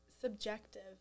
subjective